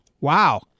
wow